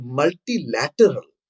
multilateral